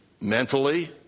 mentally